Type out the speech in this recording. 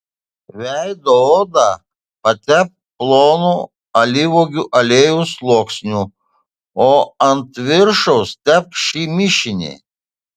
veido odą patepk plonu alyvuogių aliejaus sluoksniu o ant viršaus tepk šį mišinį